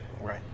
Right